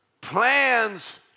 plans